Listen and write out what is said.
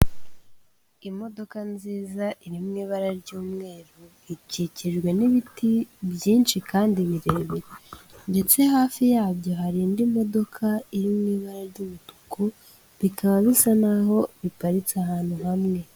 Imodoka nziza iri mu ibara ry'umweru ikikijwe n'ibiti byinshi kandi birebire. Ndetse hafi yabyo hari indi modoka iri mu ibara ry'umutuku, bikaba bisa n'aho biparitse ahantu hamwe.